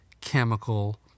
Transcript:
chemical